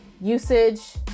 usage